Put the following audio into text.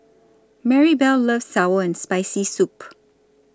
Marybelle loves Sour and Spicy Soup